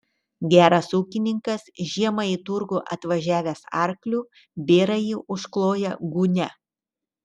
geras ūkininkas žiemą į turgų atvažiavęs arkliu bėrąjį užkloja gūnia